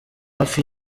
hafi